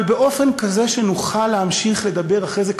באופן כזה שנוכל להמשיך לדבר אחרי זה,